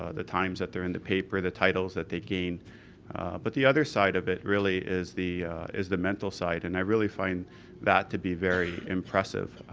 ah the times that they're in the paper, the titles that they gain but the other side of it really is the is the mental side, and i really find that to be really impressive.